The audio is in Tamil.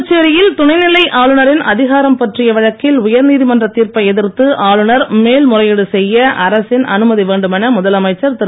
புதுச்சேரியில் துணைநிலை ஆளுநரின் அதிகாரம் பற்றிய வழக்கில் உயர்நீதிமன்ற தீர்ப்பை எதிர்த்து ஆளுநர் மேல்முறையீடு செய்ய அரசின் அனுமதி வேண்டும் என முதலமைச்சர் திரு